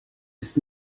ist